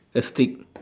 a stick